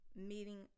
Meeting